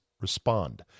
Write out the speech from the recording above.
respond